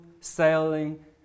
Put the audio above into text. sailing